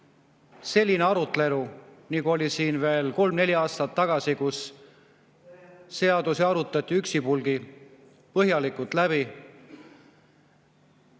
selline arutelu, nagu oli siin veel kolm või neli aastat tagasi, kui seadusi arutati üksipulgi, põhjalikult läbi.